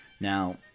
Now